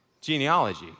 genealogy